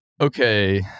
okay